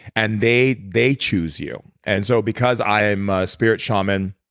and they they choose you. and so because i'm a spirit shaman,